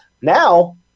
Now